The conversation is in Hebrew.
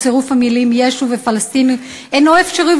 וצירוף המילים ישו ופלסטיני אינו אפשרי,